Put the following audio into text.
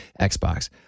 Xbox